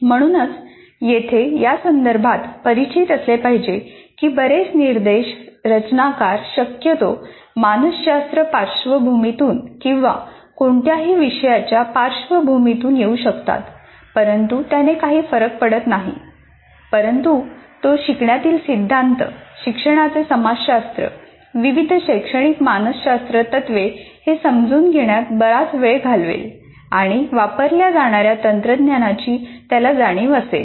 म्हणूनच येथे यासंदर्भात परिचित असले पाहिजे की निर्देश रचनाकार शक्यतो मानसशास्त्र पार्श्वभूमीतून किंवा कोणत्याही विषयाच्या पार्श्वभूमीतून येऊ शकतात परंतु त्याने काही फरक पडत नाही परंतु तो शिकण्यातील सिद्धांत शिक्षणाचे समाजशास्त्र विविध शैक्षणिक मानसशास्त्र तत्त्वे हे समजून घेण्यात बराच वेळ घालवेल आणि वापरल्या जाणाऱ्या तंत्रज्ञानाची त्याला जाणीव असेल